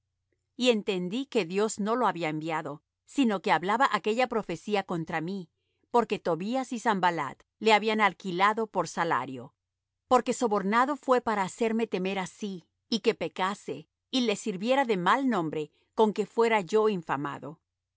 y entendí que dios no lo había enviado sino que hablaba aquella profecía contra mí porque tobías y sanballat le habían alquilado por salario porque sobornado fué para hacerme temer así y que pecase y les sirviera de mal nombre con que fuera yo infamado